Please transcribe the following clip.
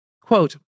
Quote